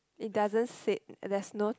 it doesn't say there is not